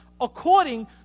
according